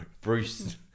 Bruce